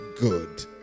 good